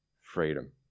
freedom